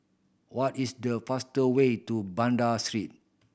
what is the faster way to Banda Street